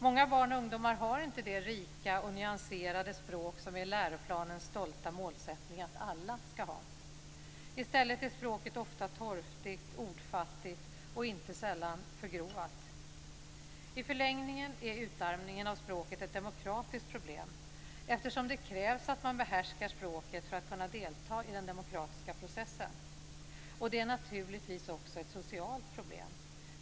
Många barn och ungdomar har inte det "rika och nyanserade språk" som är läroplanens stolta målsättning att alla ska ha. I stället är språket ofta torftigt, ordfattigt och inte sällan förgrovat. I förlängningen är utarmningen av språket ett demokratiskt problem eftersom det krävs att man behärskar språket för att kunna delta i den demokratiska processen. Det är naturligtvis också ett socialt problem.